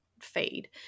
feed